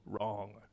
wrong